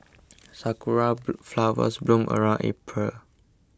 sakura flowers bloom around April